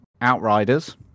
Outriders